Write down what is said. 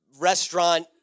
restaurant